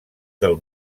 del